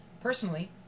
personally